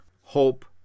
Hope